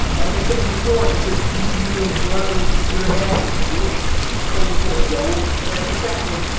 like i said before, it's as easy as rubbing your head. just pulling forward don't drag it backwards,